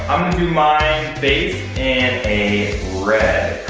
do my base in a red